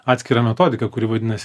atskirą metodiką kuri vadinasi